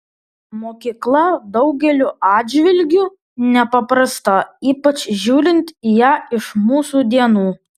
mokykla daugeliu atžvilgiu nepaprasta ypač žiūrint į ją iš mūsų dienų